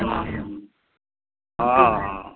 हँ हँ